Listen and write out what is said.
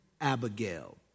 Abigail